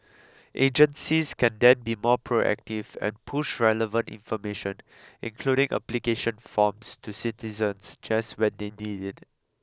agencies can then be more proactive and push relevant information including application forms to citizens just when they need it